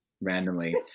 randomly